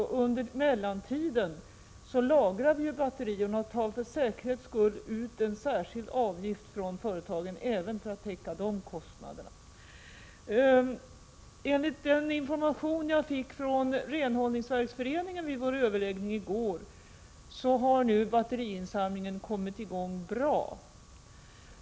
Och under mellantiden lagrar vi batterierna och tar för säkerhets skull ut en särskild avgift från företagen för att täcka även de kostnaderna. Enligt den information jag fick av Renhållningsverksföreningen vid vår överläggning i går har nu batteriinsamlingen kommit i gång bra.